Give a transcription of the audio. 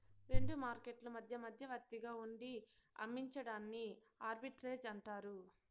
రెండు మార్కెట్లు మధ్య మధ్యవర్తిగా ఉండి అమ్మించడాన్ని ఆర్బిట్రేజ్ అంటారు